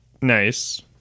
nice